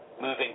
moving